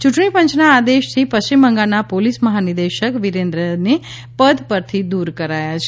ચૂંટણી પંચના આદેશથી પશ્ચિમ બંગાળના પોલીસ મહાનિદેશક વિરેન્દ્રને પદ પરથી દૂર કરાયા છે